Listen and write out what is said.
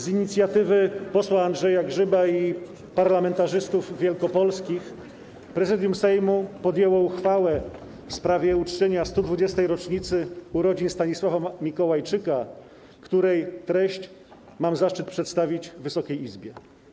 Z inicjatywy posła Andrzeja Grzyba i parlamentarzystów wielkopolskich Prezydium Sejmu podjęło uchwałę w sprawie uczczenia 120. rocznicy urodzin Stanisława Mikołajczyka, której treść mam zaszczyt przedstawić Wysokiej Izbie.